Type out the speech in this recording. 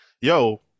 Yo